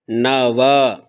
नव